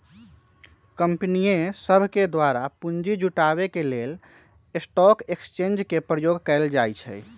कंपनीय सभके द्वारा पूंजी जुटाबे के लेल स्टॉक एक्सचेंज के प्रयोग कएल जाइ छइ